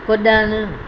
कुड॒णु